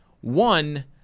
One